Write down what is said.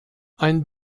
ein